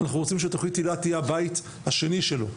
אנחנו רוצים שתכנית הילה תהיה הבית השני שלו.